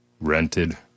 rented